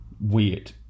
weird